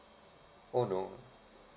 oh no